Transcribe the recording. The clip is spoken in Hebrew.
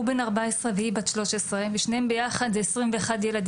הוא בן 14 והיא בת 13 ושניהם ביחד זה 21 ילדים,